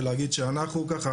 ולהגיד שאנחנו ככה,